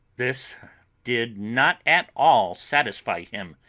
this did not at all satisfy him,